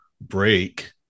break